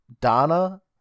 Donna